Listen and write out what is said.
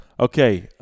Okay